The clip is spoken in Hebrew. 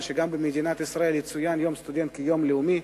שגם במדינת ישראל יצוין יום הסטודנט כיום לאומי.